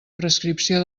prescripció